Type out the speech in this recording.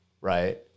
right